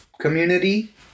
community